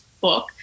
book